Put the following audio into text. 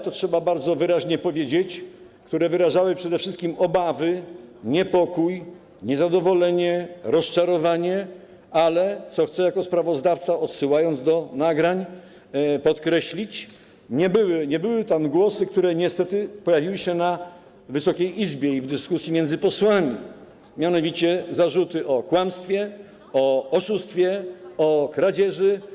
To trzeba bardzo wyraźnie powiedzieć: wyrażały one przede wszystkim obawy, niepokój, niezadowolenie, rozczarowanie, ale - co chcę jako sprawozdawca, odsyłając do nagrań, podkreślić - nie było tam takich głosów, jak te, które niestety pojawiły się w Wysokiej Izbie i w dyskusji między posłami, mianowicie zarzutów mówiących o kłamstwie, o oszustwie, o kradzieży.